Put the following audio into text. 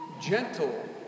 gentle